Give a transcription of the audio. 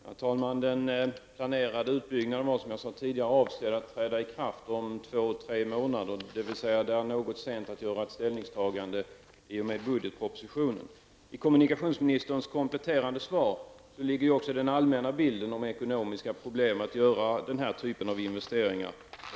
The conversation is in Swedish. Herr talman! Den planerade utbyggnaden var, som jag tidigare sade, avsedd att börja om två tre månader. Det är alltså något sent att ta ställning vid behandlingen av budgetpropositionen. Kommunikationsministern kom i sitt kompletterande svar också in på de allmänna ekonomiska problemen med att göra den här typen av investeringar.